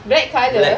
black colour